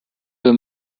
the